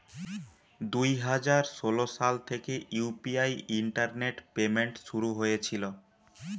দুই হাজার ষোলো সাল থেকে ইউ.পি.আই ইন্টারনেট পেমেন্ট শুরু হয়েছিল